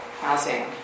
housing